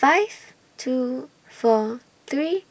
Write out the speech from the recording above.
five two four three